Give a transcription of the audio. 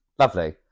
Lovely